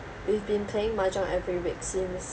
we've been playing mahjong every week since